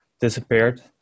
disappeared